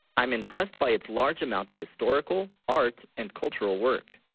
i'm impressed by its large amount of historical art and cultural work